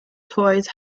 toys